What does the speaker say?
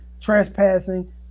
trespassing